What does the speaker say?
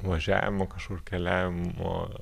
važiavimo kažkur keliavimo